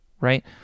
Right